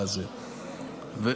י"א,